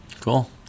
Cool